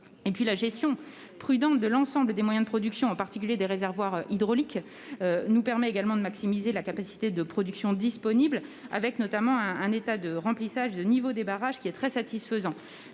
la gestion prudente de l'ensemble des moyens de production, en particulier des réservoirs hydrauliques, nous permet également de maximiser la capacité de production disponible, l'état de remplissage des barrages étant très satisfaisant.